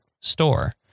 store